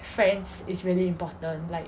friends is really important like